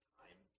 time